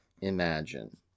imagine